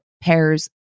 pairs